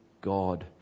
God